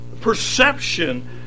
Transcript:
perception